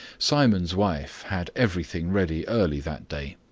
simon's wife had everything ready early that day.